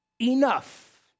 enough